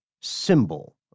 symbol